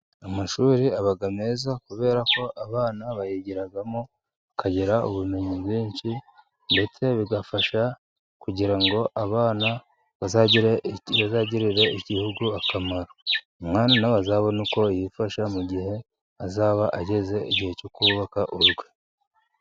Amashuri aba meza, kubera ko abana bayigiramo bakagira ubumenyi bwinshi, ndetse bigafasha kugira ngo abana bazagirire igihugu akamaro, nawe azabone uko yifasha mu gihe azaba ageze igihe cyo kubaka urwe.